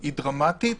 היא דרמטית